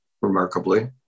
remarkably